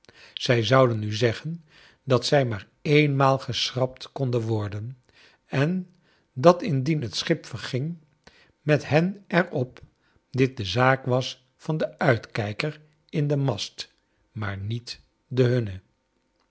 zij zouden u zeggen dat zij maar eenmaal geschrapt konden worden en dat indien het schip verging met hen er op dit de zaak was van den uitkijker in den mast maar niet de hunne